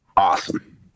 awesome